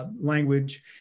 language